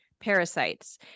parasites